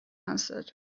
answered